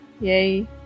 Yay